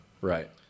Right